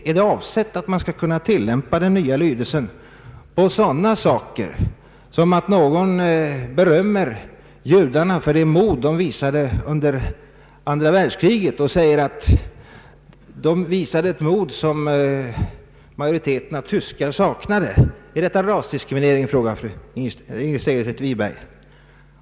är det avsikten att man skall tillämpa den nya lydelsen på sådant som när någon berömmer judarna för att de under andra världskriget visade ett mod som majoriteten av tyskar saknade? Är detta rasdiskriminering? frågar fru Segerstedt Wiberg.